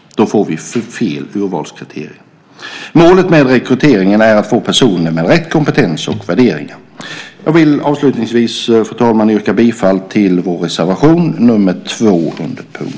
Då får vi fel urvalskriterier. Målet med rekryteringen är att få personer med rätt kompetens och värderingar. Fru talman! Jag yrkar bifall till vår reservation nr 2 under punkt 2.